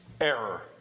error